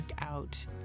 out